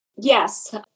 Yes